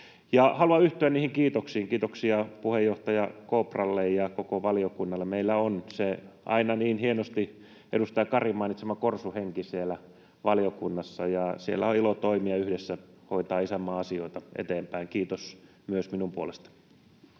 haluan yhtyä kiitoksiin. Kiitoksia puheenjohtaja Kopralle ja koko valiokunnalle. Meillä on aina niin hieno edustaja Karin mainitsema korsuhenki siellä valiokunnassa. Siellä on ilo toimia ja yhdessä hoitaa isänmaan asioita eteenpäin — kiitos myös minun puolestani.